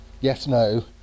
yes-no